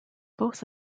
both